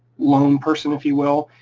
loan person, if you will,